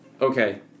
Okay